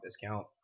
discount